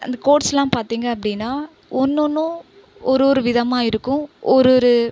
அந்த கோட்ஸ்லாம் பார்த்திங்க அப்பிடின்னா ஒன்னொன்னும் ஒரு ஒரு விதமாக இருக்கும் ஒரு ஒரு